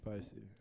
Spicy